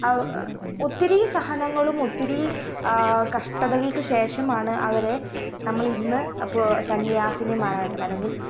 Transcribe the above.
അ ഒത്തിരി സഹനങ്ങളും ഒത്തിരി കഷ്ടതകൾക്കു ശേഷമാണ് അവരെ നമ്മളിന്ന് അപ്പോൾ സന്യാസിനിമാരായിട്ടും അല്ലെങ്കിൽ